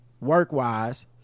work-wise